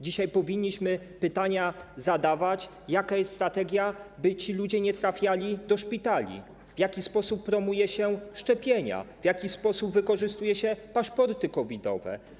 Dzisiaj powinniśmy zadawać pytania o to, jaka jest strategia, by ci ludzie nie trafiali do szpitali, w jaki sposób promuje się szczepienia, w jaki sposób wykorzystuje się paszporty COVID-owe.